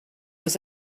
was